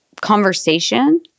conversation